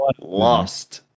lost